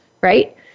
right